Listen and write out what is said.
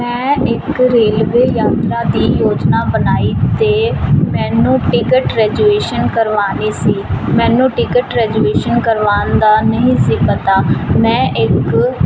ਮੈਂ ਇੱਕ ਰੇਲਵੇ ਯਾਤਰਾ ਦੀ ਯੋਜਨਾ ਬਣਾਈ ਅਤੇ ਮੈਨੂੰ ਟਿਕਟ ਰੈਜੂਏਸ਼ਨ ਕਰਵਾਉਣੀ ਸੀ ਮੈਨੂੰ ਟਿਕਟ ਰੈਜੂਏਸ਼ਨ ਕਰਵਾਉਣ ਦਾ ਨਹੀਂ ਸੀ ਪਤਾ ਮੈਂ ਇੱਕ